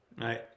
right